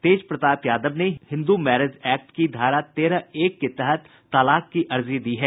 तेज प्रताप यादव ने Hindu marriage act की धारा तेरह एक के तहत तलाक की अर्जी दी है